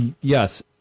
yes